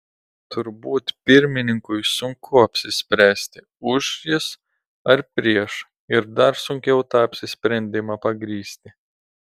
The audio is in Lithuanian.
turbūt pirmininkui sunku apsispręsti už jis ar prieš ir dar sunkiau tą apsisprendimą pagrįsti